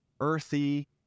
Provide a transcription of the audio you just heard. earthy